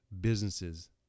businesses